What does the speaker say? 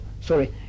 Sorry